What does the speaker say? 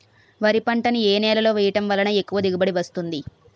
వరి పంట ని ఏ నేలలో వేయటం వలన ఎక్కువ దిగుబడి వస్తుంది?